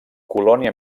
colònia